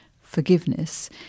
forgiveness